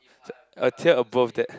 so a tier above that